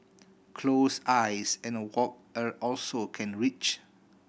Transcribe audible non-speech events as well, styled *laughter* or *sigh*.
close eyes and walk *hesitation* also can reach